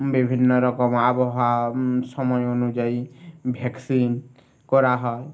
বিভিন্ন রকম আবহাওয়া সময় অনুযায়ী ভ্যাকসিন করা হয়